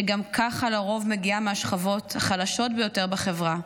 שגם ככה לרוב מגיעה מהשכבות החלשות ביותר בחברה,